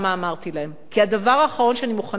כי הדבר האחרון שאני מוכנה לעשות זה